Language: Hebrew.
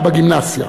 בגימנסיה.